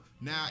now